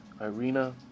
Irina